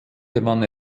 gewann